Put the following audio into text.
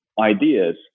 ideas